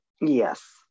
Yes